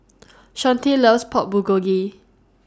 Shawnte loves Pork Bulgogi